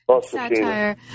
satire